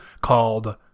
called